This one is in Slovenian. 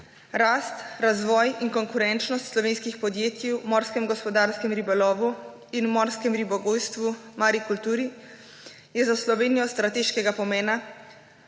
Rast, razvoj in konkurenčnost slovenskih podjetij v morskem gospodarskem ribolovu in morskem ribogojstvu, marikulturi, je za Slovenijo strateškega pomena,